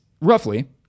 roughly